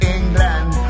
England